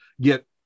get